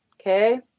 Okay